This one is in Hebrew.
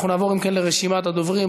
אנחנו נעבור, אם כן, לרשימת הדוברים.